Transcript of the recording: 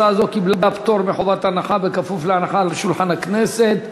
הצעה זו קיבלה פטור מחובת הנחה בכפוף להנחה על שולחן הכנסת.